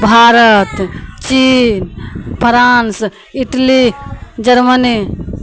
भारत चीन France Italy Germany